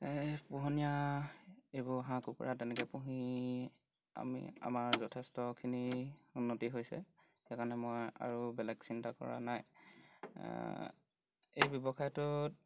এই পোহনীয়া এইবোৰ হাঁহ কুকুৰা তেনেকৈ পুহি আমি আমাৰ যথেষ্টখিনি উন্নতি হৈছে সেইকাৰণে মই আৰু বেলেগ চিন্তা কৰা নাই এই ব্যৱসায়টোত